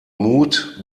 mut